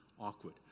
awkward